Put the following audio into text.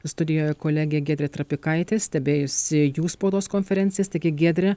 studijoje kolegė giedrė trapikaitė stebėjusi jų spaudos konferencijas taigi giedre